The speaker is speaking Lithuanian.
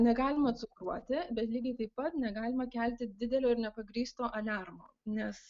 negalima cukruoti bet lygiai taip pat negalima kelti didelio ir nepagrįsto aliarmo nes